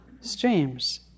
streams